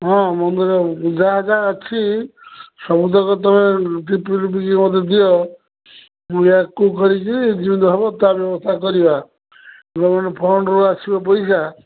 ହଁ ମନ୍ଦିର ଯାହା ଯାହା ଅଛି ସବୁତକ ତମେ ମଧ୍ୟ ମୋତେ ଦିଅ ମୁଁ ୟା କୁ କରିକି ଯେମିତି ହେବ ତା ବ୍ୟବସ୍ଥା କରିବା ଗଭ୍ମେଣ୍ଟ୍ ଫଣ୍ଡରୁ ଆସିବ ପଇସା